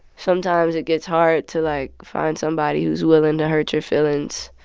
sometimes it gets hard to, like, find somebody who's willing to hurt your feelings.